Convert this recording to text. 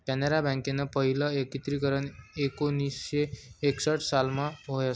कॅनरा बँकनं पहिलं एकत्रीकरन एकोणीसशे एकसठ सालमा व्हयनं